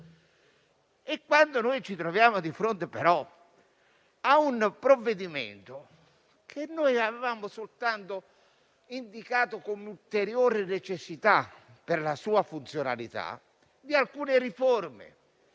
anni prima. Ci troviamo di fronte però a un provvedimento per cui noi avevamo soltanto indicato, come ulteriore necessità per la sua funzionalità, alcune riforme: